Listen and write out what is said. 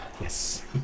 yes